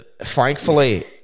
thankfully